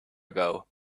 ago